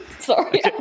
Sorry